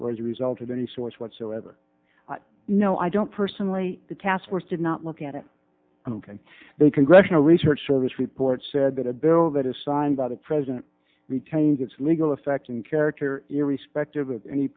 or as a result of any source whatsoever no i don't personally the task force did not look at it and they congressional research service report said that a bill that is signed by the president retains its legal effect in character irrespective of any